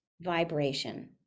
vibration